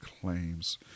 claims